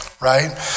right